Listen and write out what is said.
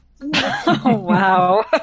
wow